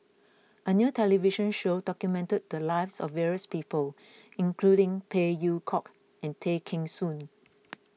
a new television show documented the lives of various people including Phey Yew Kok and Tay Kheng Soon